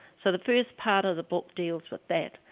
so, the first part of the book deals with that.